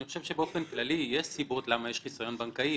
אני חושב שבאופן כללי יש סיבות למה יש חיסיון בנקאי.